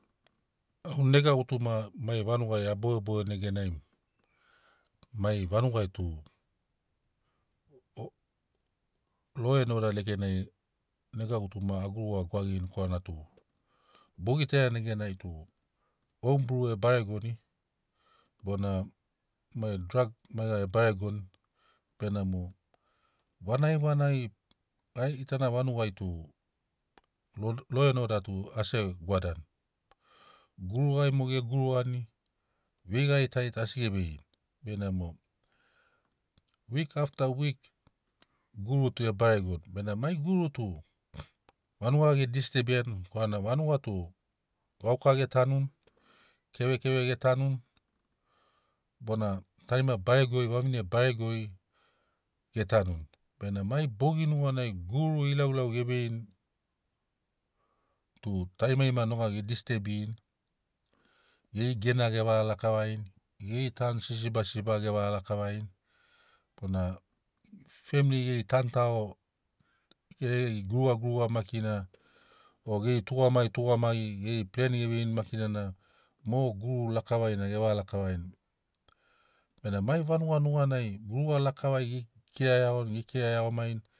Au nega gutuma mai vanugai a bogeboge neganai mai vanuga tu lo en oda lekenai nega gutuma a guruga gwagigini korana tub o gitaiani neganai tu oum bru e baregoni bona mai drag e baregoni benamo vanagi vanagi ai gitana vanugai tu lo lo en oda tu asi gwadani gurugai mo ge nurugani veigari tari asi ge veini benamo wik afta wik guru tu e baregoni benamo mai guru tu vanuga ge distebiani korana vanuga tu gauka ge tanuni kevekeve ge tanuni bona tarima baregori vavine baregori ge tanuni benamo mai bogi nuganai guru ilau ilau ge veini tu tarimarima nog age distebirini geri gen age vaga lakavarini geri tanu sisiba sisiba ge vaga lakavarini bona femiri geri tanu tago geri guruga guruga maki na o geri tugamagi tugamagi geri plen ge veirini maki nan a mo guru lakavari na ge vaga lakavarini benamo mai vanuga nuganai guruga lakavari ge kira iagoni ge kira iagomarini